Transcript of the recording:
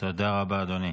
תודה רבה, אדוני.